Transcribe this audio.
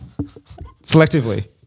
selectively